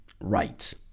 right